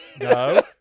No